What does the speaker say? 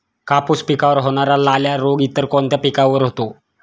कापूस पिकावर होणारा लाल्या रोग इतर कोणत्या पिकावर होतो?